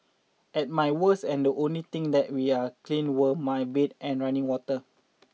at my worst and the only things that we are clean were my bed and running water